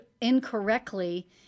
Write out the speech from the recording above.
incorrectly